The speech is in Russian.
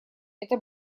это